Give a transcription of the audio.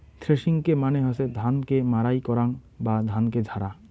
থ্রেশিংকে মানে হসে ধান কে মাড়াই করাং বা ধানকে ঝাড়া